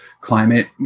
climate